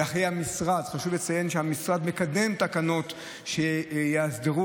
וחשוב לציין שהמשרד מקדם תקנות שיאסדרו